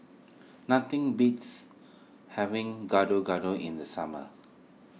nothing beats having Gado Gado in the summer